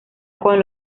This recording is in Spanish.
con